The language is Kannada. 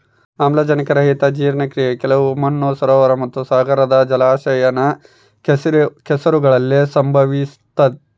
ಆಮ್ಲಜನಕರಹಿತ ಜೀರ್ಣಕ್ರಿಯೆ ಕೆಲವು ಮಣ್ಣು ಸರೋವರ ಮತ್ತುಸಾಗರದ ಜಲಾನಯನ ಕೆಸರುಗಳಲ್ಲಿ ಸಂಭವಿಸ್ತತೆ